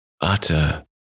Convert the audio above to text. utter